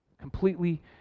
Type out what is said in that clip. completely